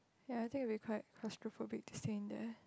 ya I think it will be quite claustrophobic to stay in there